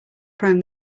prone